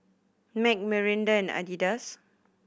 Mac Mirinda and Adidas